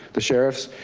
the sheriffs,